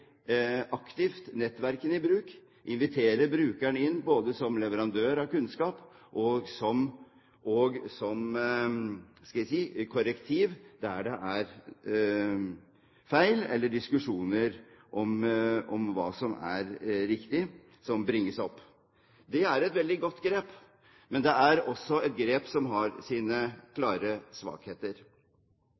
aktivt i bruk nettverkene og inviterer brukeren inn både som leverandør av kunnskap og som korrektiv der det er feil, eller til diskusjon om hva som er riktig. Det er et veldig godt grep, men det er også et grep som har sine klare svakheter.